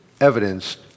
evidence